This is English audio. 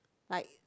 like